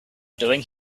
doing